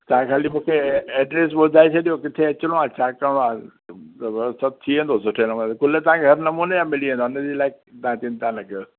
तव्हां खाली मूंखे एड्रेस ॿुधाए छॾियो किथे अचणो आहे छा करणो आहे सभु थी वेंदो सुठे नमूने गुल तव्हांखे हर नमूने जा मिली वेंदा उन जे लाइ तव्हां चिंता न कयो